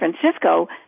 Francisco